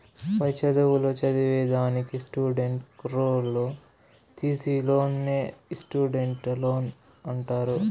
పై చదువులు చదివేదానికి స్టూడెంట్ కుర్రోల్లు తీసీ లోన్నే స్టూడెంట్ లోన్ అంటారు